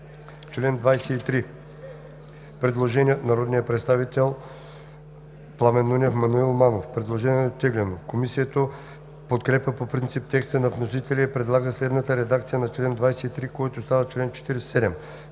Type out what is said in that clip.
чл. 23 има предложение от народните представители Пламен Нунев и Маноил Манев. Предложението е оттеглено. Комисията подкрепя по принцип текста на вносителя и предлага следната редакция на чл. 23, който става чл. 47: